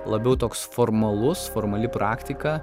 labiau toks formalus formali praktika